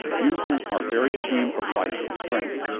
you who are very queen of life and strength,